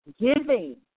giving